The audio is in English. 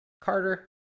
Carter